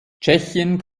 tschechien